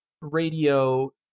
radio